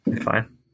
Fine